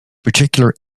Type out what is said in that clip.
particular